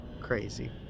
crazy